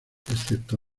excepto